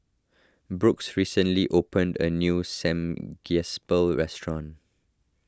Brooks recently opened a new Samgyeopsal restaurant